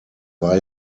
war